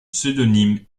pseudonyme